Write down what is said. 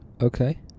Okay